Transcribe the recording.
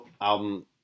album